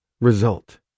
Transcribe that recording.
result